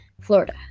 Florida